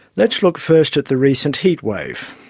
let's look first at the recent heatwave.